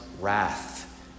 wrath